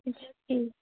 ٹھیٖک